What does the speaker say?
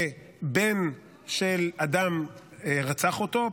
העובדה שבן של אדם רצח אותו,